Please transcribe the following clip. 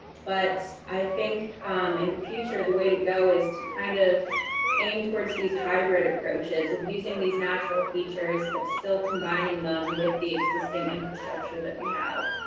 but i think in the future the way to go is to kind of aim towards these hybrid approaches of using these natural features, but still combining them with the existing infrastructure that we have.